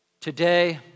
today